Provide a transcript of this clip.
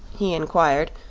he inquired,